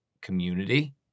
community